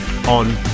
on